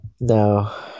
No